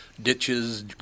ditches